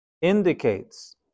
indicates